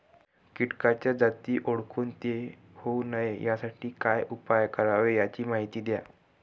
किटकाच्या जाती ओळखून ते होऊ नये यासाठी काय उपाय करावे याची माहिती द्या